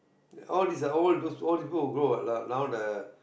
how is the old those old people who grow uh like now the